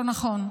מה לא נכון?